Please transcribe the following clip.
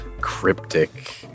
cryptic